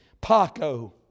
Paco